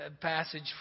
passage